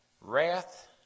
wrath